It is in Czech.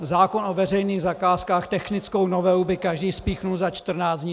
Zákon o veřejných zakázkách, technickou novelu by každý spíchnul za 14 dní!